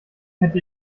hätte